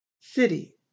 City